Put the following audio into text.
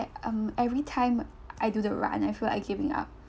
um every time I do the run I feel like giving up